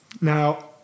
Now